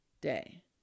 day